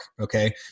Okay